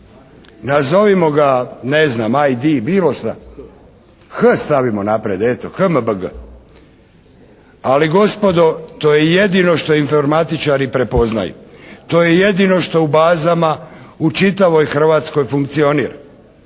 Nazovimo ga, ne znam, ID, bilo šta. "H" stavimo naprijed, eto, HMBG. Ali gospodo, to je jedino što informatičari prepoznaju. To je jedino što u bazama u čitavoj Hrvatskoj funkcionira.